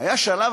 היה שלב,